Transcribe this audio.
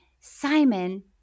Simon